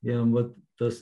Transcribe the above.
jam vat tas